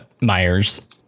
Myers